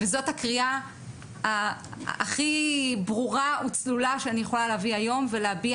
זאת הקריאה הכי ברורה וצלולה שאני יכולה להביא היום ולהביע